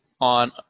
on